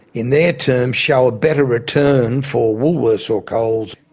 in their terms, show a better return for woolworths or coles,